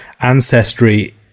ancestry